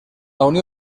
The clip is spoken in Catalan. unió